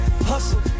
hustle